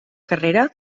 carrera